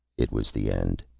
it was the end.